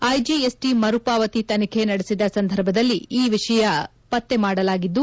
IGST ಮರುಪಾವತಿ ತನಿಖೆ ನಡೆಸಿದ ಸಂದರ್ಭದಲ್ಲಿ ಈ ವಿಷಯ ಪತ್ತೆ ಮಾಡಲಾಗಿದ್ದು